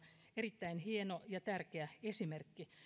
erittäin hieno ja tärkeä esimerkki